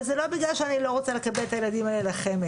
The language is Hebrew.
וזה לא בגלל שאני לא רוצה לקבל את הילדים האלה לחמ"ד,